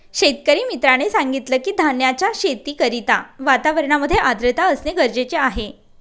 शेतकरी मित्राने सांगितलं की, धान्याच्या शेती करिता वातावरणामध्ये आर्द्रता असणे गरजेचे आहे